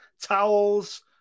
towels